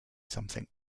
something